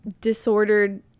disordered